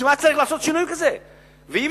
ואני